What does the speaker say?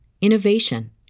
innovation